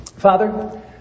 Father